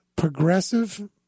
progressive